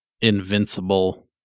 invincible